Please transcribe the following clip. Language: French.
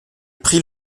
pris